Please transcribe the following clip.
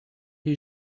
who